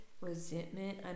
resentment